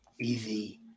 Easy